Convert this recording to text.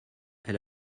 elle